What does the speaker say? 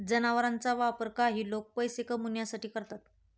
जनावरांचा वापर काही लोक पैसे कमावण्यासाठी करतात